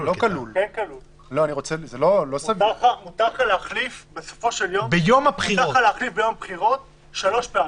מותר לך להחליף ביום בחירות שלוש פעמים.